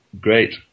great